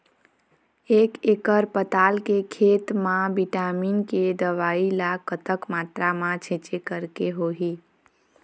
एक एकड़ पताल के खेत मा विटामिन के दवई ला कतक मात्रा मा छीचें करके होही?